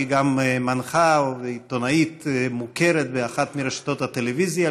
שהיא גם מנחה ועיתונאית מוכרת באחת מרשתות הטלוויזיה,